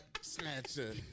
Snatcher